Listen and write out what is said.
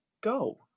go